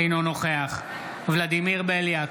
אינו נוכח ולדימיר בליאק,